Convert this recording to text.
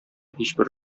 һичбер